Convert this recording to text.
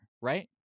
Right